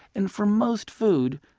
and for most food,